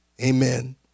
Amen